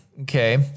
okay